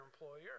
employer